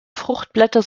fruchtblätter